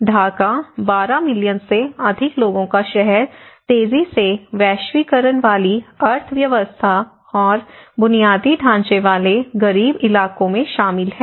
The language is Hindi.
ढाका 12 मिलियन से अधिक लोगों का शहर तेजी से वैश्वीकरण वाली अर्थव्यवस्था और बुनियादी ढाँचे वाले गरीब इलाकों में शामिल है